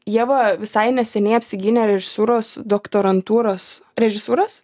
ieva visai neseniai apsigynė režisūros doktorantūros režisūros